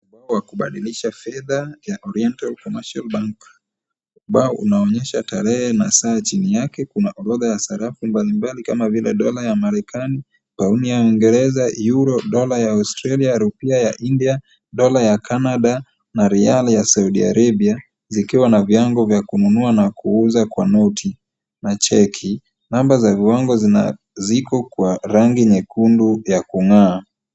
Ubao wa kubadilisha fedha ya Oriental Commercial Bank. Ubao unaonyesha tarehe na saa chini yake kuna orodha ya sarafu mbalimbali, kama vile dola ya Marekani, pauni ya Uingereza, euro, dola ya Australia, rupia ya India, dola ya Canada, na riali ya Saudi Arabia, zikiwa na viango vya kununua na kuuza kwa noti. Na cheki, namba za viwango zinaziko kwa rangi nyekundu ya kung'aa.